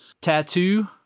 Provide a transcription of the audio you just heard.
Tattoo